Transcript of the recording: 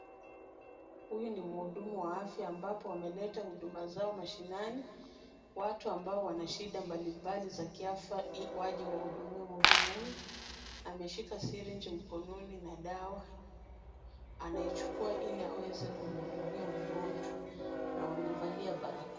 Huyu ni mhudumu wa afya ambapo wameleta huduma zao mashinani watu ambao wa shida mbalimbali za kiafya waje wahudumiwe. Mhudumu huyu ameshika syringe mkononi na dawa anaichukua ili aweze kumuhudumia mgonjwa na wamevalia barakoa.